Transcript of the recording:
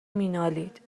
مینالید